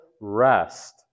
Rest